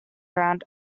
around